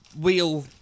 wheel